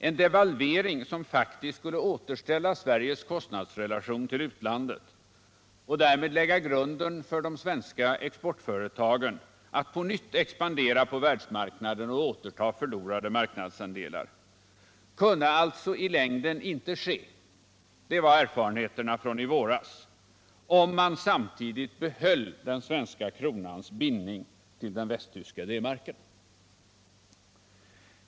En devalvering som faktiskt skulle återställa Sveriges kostnadsrelation till utlandet och därmed lägga grunden för de svenska exportföretagen att på nytt expandera på världsmarknaden och återta förlorade marknadsandelar, kunde alltså i längden inte ske — det var erfarenheten från i våras — om man samtidigt behöll den svenska kronans bindning till den västtyska D-marken.